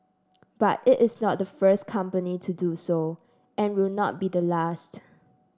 but it is not the first company to do so and will not be the last